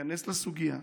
תיכנס לסוגיה.